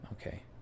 Okay